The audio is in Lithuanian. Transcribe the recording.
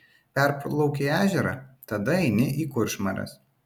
perplaukei ežerą tada eini į kuršmares